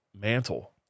mantle